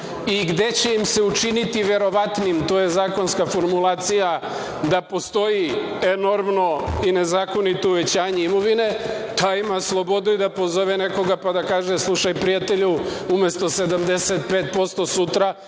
i gde će im se učiniti verovatnim, to je zakonska formulacija da postoji enormno i nezakonito uvećanje imovine, taj ima slobode da pozove nekoga pa da kaže, slušaj prijatelju, umesto 75% sutra,